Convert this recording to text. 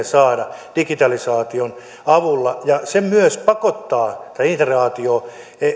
saada digitalisaation avulla ja se myös pakottaa tähän integraatioon